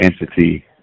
entity